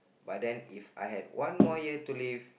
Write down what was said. but then If I had one more year to live